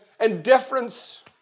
indifference